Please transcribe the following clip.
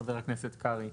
חבר הכנסת קרעי,